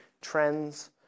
trends